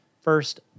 first